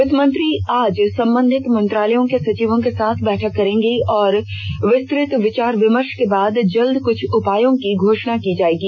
वित्तमंत्री आज संबंधित मंत्रालयों के सचिवों के साथ बैठक करेंगी और विस्तृत विचार विमर्श के बाद जल्द कुछ उपायों की घोषणा की जाएगी